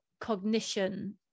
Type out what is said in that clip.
cognition